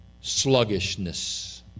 sluggishness